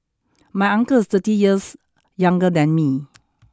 my uncle is thirty years younger than me